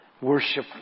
worship